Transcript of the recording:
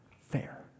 fair